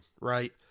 right